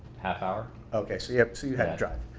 half hour. okay, so yeah you had to drive.